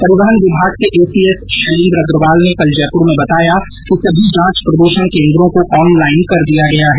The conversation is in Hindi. परिवहन विभाग के एसीएस शैलेन्द्र अग्रवाल ने कल जयपुर में बताया कि सभी जांच प्रदूषण केन्द्रों को ऑनलाईन कर दिया गया है